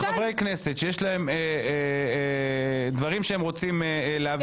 חברי כנסת שיש להם דברים שהם רוצים להעביר,